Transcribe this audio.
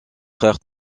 frère